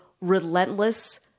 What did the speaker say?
relentless